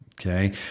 okay